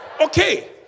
Okay